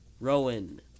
Rowan